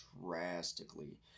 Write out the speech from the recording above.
drastically